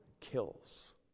kills